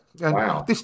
Wow